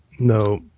no